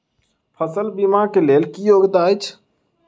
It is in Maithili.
फसल बीमा केँ लेल की योग्यता अछि?